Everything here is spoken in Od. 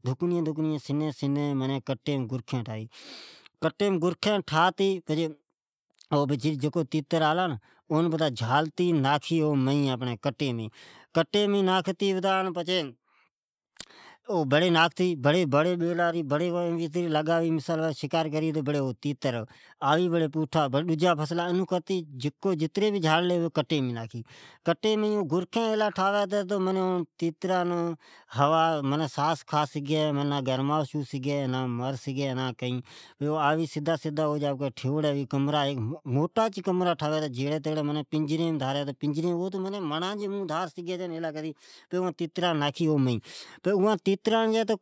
دکنی دکنی گڑکھی ٹھاوی چھے ، کٹی مین چو طرف گڑکھی ٹھاھوڑی ھوی چھے پچھے اوم تیتر جھالتے جائی اوم مین چھوڑتی جائی ۔ بھڑی ڈجا جھالتا جائی کٹیم ناختا جائی۔ بھڑی ڈجا آوی بھڑ اون جھالی ۔ او کٹی مین گڑکھی ایلی ٹھاوی تو جکو تیتر اوم ناکھی اوی مری نا اوی ساس کھا سگھی ، تواوم جیتی بیلی رھی ، پچھے او سدا سدا او کمری مین آوی ۔ کا تو مڑا جی مونھن بیچے